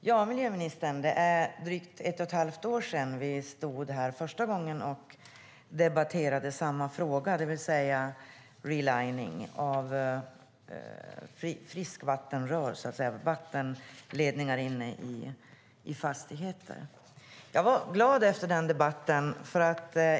Herr talman! Det är drygt ett och ett halvt år sedan vi första gången debatterade denna fråga, det vill säga relining av friskvattenrör, vattenledningar inne i fastigheter. Jag var glad efter den debatten.